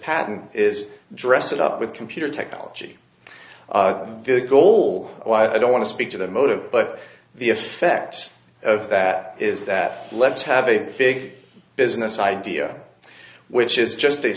patent is dress it up with computer technology the goal why i don't want to speak to the motive but the effects of that is that let's have a big business idea which is just a